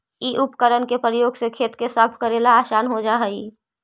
इ उपकरण के प्रयोग से खेत के साफ कऽरेला असान हो जा हई